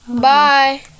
Bye